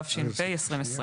התש"ף-2020,